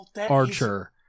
Archer